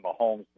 Mahomes